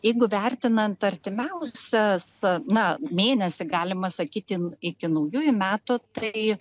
jeigu vertinant artimiausias na mėnesį galima sakyti iki naujųjų metų tai